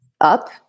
up